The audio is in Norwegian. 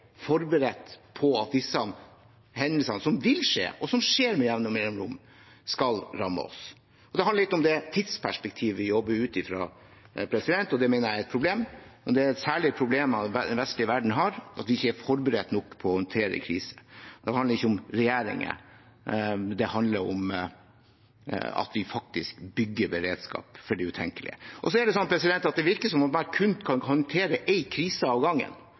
forberedt på at disse hendelsene, som vil skje, og som skjer med jevne mellomrom, skal ramme oss. Det handler litt om det tidsperspektivet vi jobber ut fra, og det mener jeg er et problem. Det er et problem særlig den vestlige verden har, og det er at vi ikke er forberedt nok på å håndtere kriser. Det handler ikke om regjeringer, det handler om at vi faktisk bygger beredskap for det utenkelige. Det er også sånn at det virker som om man kun kan håndtere